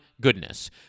goodness